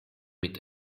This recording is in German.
mit